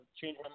Change